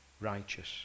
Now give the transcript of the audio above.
righteous